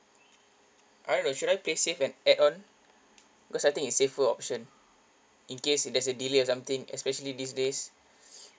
I don't know should I play safe and add on because I think it's safer option in case there's a delay or something especially these days